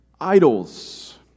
idols